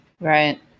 Right